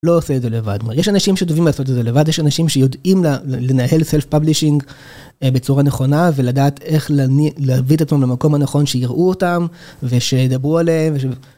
לא עושה את זה לבד יש אנשים שטובים לעשות את זה לבד יש אנשים שיודעים לנהל סלף פבלישינג בצורה נכונה ולדעת איך להביא את עצמם למקום הנכון שיראו אותם ושידברו עליהם.